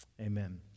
Amen